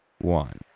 one